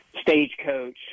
Stagecoach